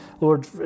Lord